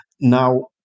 Now